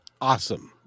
Awesome